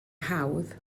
hawdd